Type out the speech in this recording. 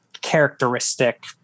characteristic